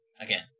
again